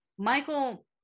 Michael